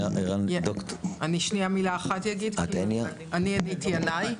שמי ד"ר הנית ינאי,